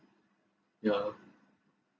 yeah